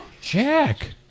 Jack